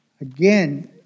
Again